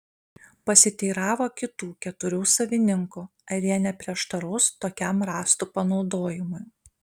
pasiteiravo kitų keturių savininkų ar jie neprieštaraus tokiam rąstų panaudojimui